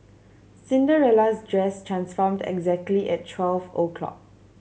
Cinderella's dress transformed exactly at twelve o'clock